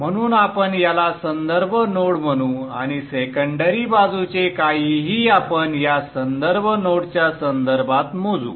म्हणून आपण याला संदर्भ नोड म्हणू आणि सेकंडरी बाजूचे काहीही आपण या संदर्भ नोडच्या संदर्भात मोजू